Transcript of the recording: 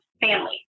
family